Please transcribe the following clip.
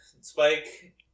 Spike